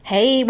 Hey